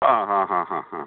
ആ ആ ആ ആ ആ